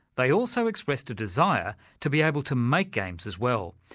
they also expressed a desire to be able to make games as well.